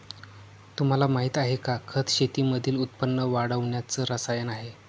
तुम्हाला माहिती आहे का? खत शेतीमधील उत्पन्न वाढवण्याच रसायन आहे